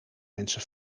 mensen